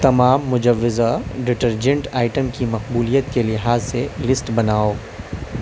تمام مجوزہ detergent item کی مقبولیت کے لحاظ سے لسٹ بناؤ